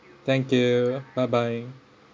thank you bye bye